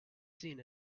seen